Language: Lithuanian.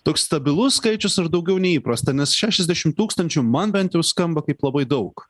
toks stabilus skaičius ar daugiau neįprasta nes šešiasdešim tūkstančių man bent jau skamba kaip labai daug